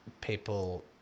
people